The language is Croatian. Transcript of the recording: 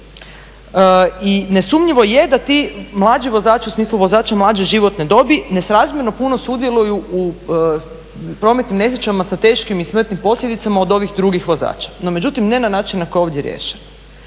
i nesumnjivo je da ti mlađi vozači, u smislu vozači mlađe životne dobi nesrazmjerno puno sudjeluju u prometnim nesrećama sa teškim i smrtnim posljedicama od ovih drugim vozača. No, međutim ne na način na koji je ovdje riješen.